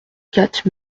quatre